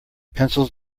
pencils